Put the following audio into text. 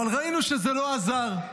אבל ראינו שזה לא עזר.